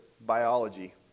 biology